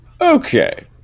Okay